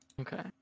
Okay